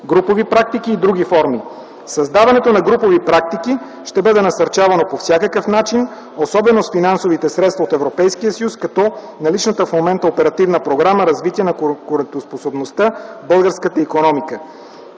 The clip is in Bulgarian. групови практики и други форми. Създаването на групови практики ще бъде насърчавано по всякакъв начин, особено с финансовите средства от Европейския съюз, като от наличната в момента Оперативна програма „Развитие на конкурентноспособността в българската икономика”.